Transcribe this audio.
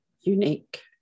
unique